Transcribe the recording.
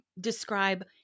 describe